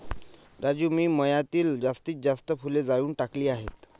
राजू मी मळ्यातील जास्तीत जास्त फुले जाळून टाकली आहेत